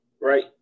right